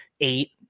eight